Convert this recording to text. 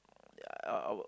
yeah